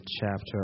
chapter